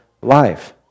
life